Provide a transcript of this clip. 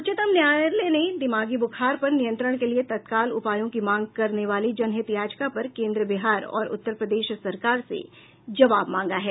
उच्चतम न्यायालय ने दिमागी बूखार पर नियंत्रण के लिए तत्काल उपायों की मांग करने वाली जनहित याचिका पर केन्द्र बिहार और उत्तर प्रदेश सरकार से जवाब मांगा है